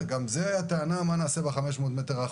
הייתה גם טענה מה נעשה ב-500 מטרים האחרונים.